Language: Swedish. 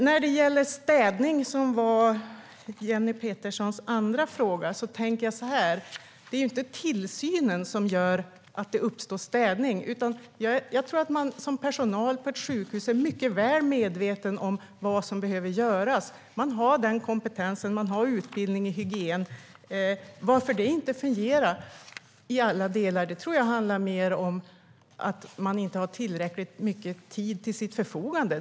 När det gäller Jenny Peterssons fråga om städning tänker jag så här: Det är inte tillsynen som gör att det uppstår städning. Jag tror att personalen på ett sjukhus är mycket väl medveten om vad som behöver göras. Man har kompetensen. Man har utbildning i hygien. Varför det inte fungerar i alla delar tror jag handlar mer om att man inte har tillräckligt mycket tid till sitt förfogande.